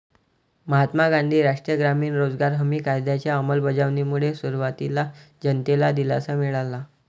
महात्मा गांधी राष्ट्रीय ग्रामीण रोजगार हमी कायद्याच्या अंमलबजावणीमुळे सुरुवातीला जनतेला दिलासा मिळाला